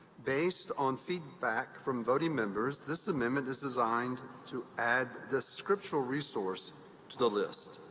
based on feedback from voting members, this amendment is designed to add the scriptural resource to the list.